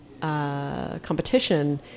competition